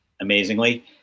amazingly